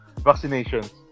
vaccinations